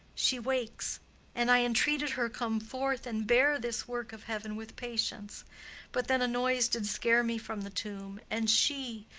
she wakes and i entreated her come forth and bear this work of heaven with patience but then a noise did scare me from the tomb, and she,